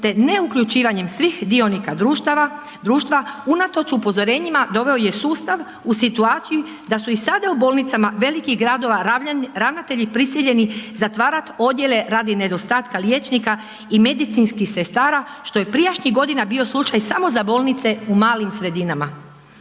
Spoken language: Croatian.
te ne uključivanjem svih dionika društva unatoč upozorenjima doveo je sustav u situaciju da su i sada u bolnicama velikih gradova ravnatelji prisiljeni zatvarati odjele radi nedostatka liječnika i medicinskih sestara što je prijašnjih godina bio slučaj samo za bolnice u malim sredinama.